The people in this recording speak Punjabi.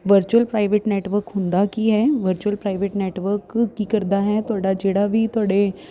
ਵਰਚੁਅਲ ਪ੍ਰਾਈਵੇਟ ਨੈਟਵਰਕ ਹੁੰਦਾ ਕੀ ਹੈ ਵਰਚੁਅਲ ਪ੍ਰਾਈਵੇਟ ਨੈਟਵਰਕ ਕੀ ਕਰਦਾ ਹੈ ਤੁਹਾਡਾ ਜਿਹੜਾ ਵੀ ਤੁਹਾਡੇ